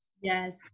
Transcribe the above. yes